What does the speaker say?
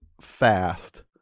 fast